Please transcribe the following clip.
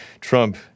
Trump